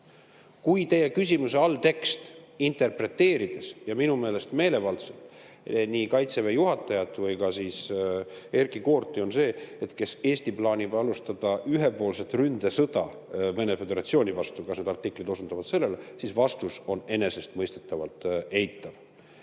Teie küsimuse alltekst, interpreteerides minu meelest meelevaldselt nii Kaitseväe juhatajat kui ka Erkki Koorti, on see, et kas Eesti plaanib alustada ühepoolset ründesõda Vene Föderatsiooni vastu, kas need artiklid osundavad sellele. Vastus on enesestmõistetavalt eitav.